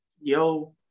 Yo